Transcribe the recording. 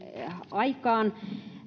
aikaan